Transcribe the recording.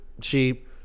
cheap